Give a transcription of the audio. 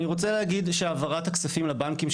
אני רוצה להגיד שהעברת הכספים לבנקים,